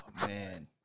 Man